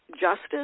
justice